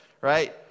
right